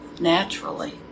naturally